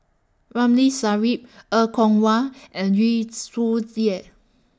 Ramli Sarip Er Kwong Wah and Yu Zhuye